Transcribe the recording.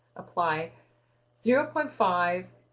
apply zero point five